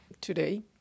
today